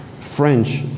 French